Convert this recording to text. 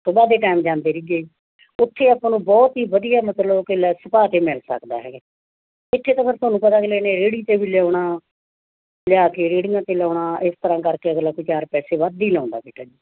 ਸੁਬਹਾ ਦੇ ਟੈਮ ਜਾਂਦੇ ਸੀਗੇ ਉੱਥੇ ਆਪਾਂ ਨੂੰ ਬਹੁਤ ਹੀ ਵਧੀਆ ਮਤਲਬ ਕਿ ਲੈਸ ਭਾਅ 'ਤੇ ਮਿਲ ਸਕਦਾ ਹੈਗਾ ਇੱਥੇ ਤਾਂ ਫਿਰ ਤੁਹਾਨੂੰ ਪਤਾ ਅਗਲੇ ਨੇ ਰੇਹੜੀ 'ਤੇ ਵੀ ਲਿਆਉਣਾ ਲਿਆ ਕੇ ਰੇਹੜੀਆਂ 'ਤੇ ਲਾਉਣਾ ਇਸ ਤਰ੍ਹਾਂ ਕਰਕੇ ਅਗਲਾ ਕੁ ਚਾਰ ਪੈਸੇ ਵੱਧ ਹੀ ਲਾਉਂਦਾ ਬੇਟਾ ਜੀ